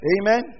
Amen